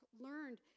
learned